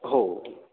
हो ठ